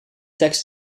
tekst